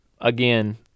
Again